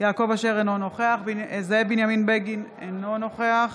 יעקב אשר, אינו נוכח זאב בנימין בגין, אינו נוכח